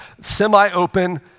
semi-open